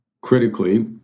critically